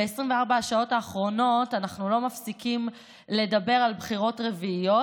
ב-24 השעות האחרונות לא מפסיקים לדבר על בחירות רביעיות.